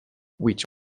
which